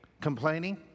Complaining